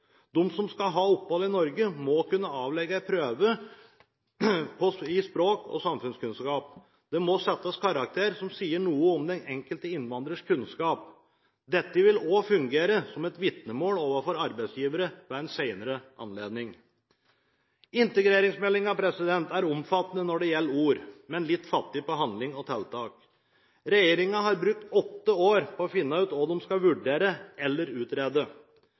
De som skal ha opphold i Norge, må kunne avlegge en prøve i språk og samfunnskunnskap. Det må settes karakterer, som vil si noe om den enkelte innvandrers kunnskap. Dette vil også fungere som et vitnemål overfor arbeidsgivere ved en senere anledning. Integreringsmeldingen er omfattende når det gjelder ord, men litt fattig når det gjelder handling og tiltak. Regjeringen har brukt åtte år på å finne ut hva de skal vurdere eller utrede.